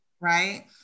right